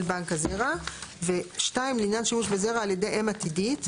בנק הזרע; (2) לעניין שימוש בזרע על ידי אם עתידית,